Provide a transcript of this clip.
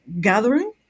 gathering